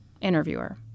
Interviewer